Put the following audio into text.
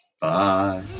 Bye